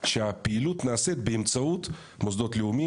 שהפעילות נעשית באמצעות המוסדות הלאומיים,